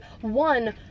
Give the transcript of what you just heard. one